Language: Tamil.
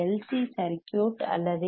சி சர்க்யூட் அல்லது எல்